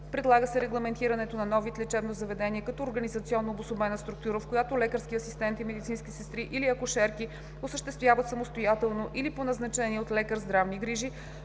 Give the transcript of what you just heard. Предлага се регламентирането на нов вид лечебно заведение като организационно обособена структура, в която лекарски асистенти, медицински сестри или акушерки осъществяват самостоятелно или по назначение от лекар здравни грижи,